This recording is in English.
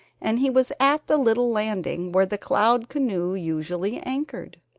and he was at the little landing where the cloud canoe usually anchored.